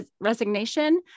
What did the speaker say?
resignation